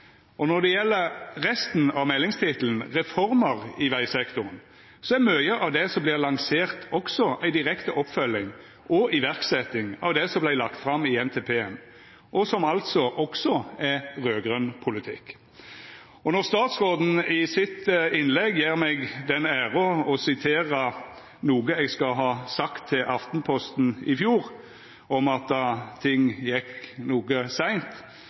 meldinga. Når det gjeld resten av meldingstittelen, Reformer i vegsektoren, så er mykje av det som vert lansert, også ei direkte oppfølging og iverksetjing av det som vart lagt fram i NTP-en, og som altså også er raud-grøn politikk. Når statsråden i innlegget sitt gjer meg den ære å sitera noko eg skal ha sagt til Aftenposten i fjor, om at ting gjekk noko seint,